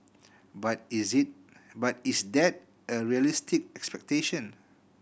but is this but is that a realistic expectation